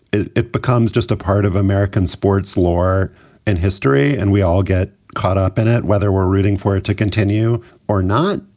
it it becomes just a part of american sports lore and history. and we all get caught up in it, whether we're rooting for it to continue or not.